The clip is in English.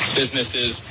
businesses